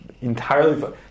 entirely